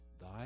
thy